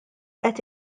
qed